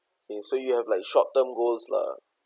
mm so you have like short term goals lah